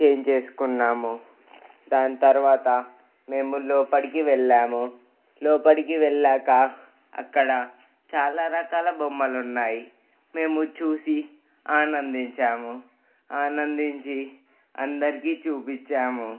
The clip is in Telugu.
చేంజ్ చేసుకున్నాము దాని తర్వాత మేము లోపలికి వెళ్ళాము లోపలికి వెళ్ళాక అక్కడ చాలా రకాల బొమ్మలు ఉన్నాయి మేము చూసి ఆనందించాము ఆనందించి అందరికీ చూపించాము